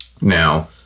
Now